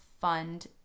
fund